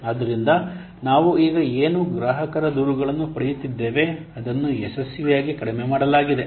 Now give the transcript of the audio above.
ಆದ್ದರಿಂದ ನಾವು ಈಗ ಏನು ಗ್ರಾಹಕರ ದೂರುಗಳನ್ನು ಪಡೆಯುತ್ತಿದ್ದೇವೆ ಅದನ್ನು ಯಶಸ್ವಿಯಾಗಿ ಕಡಿಮೆ ಮಾಡಲಾಗಿದೆ